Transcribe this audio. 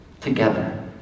together